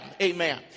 Amen